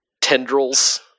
tendrils